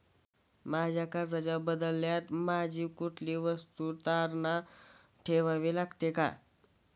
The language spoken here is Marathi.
मला कर्जाच्या बदल्यात माझी कुठली वस्तू तारण ठेवावी लागेल का?